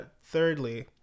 Thirdly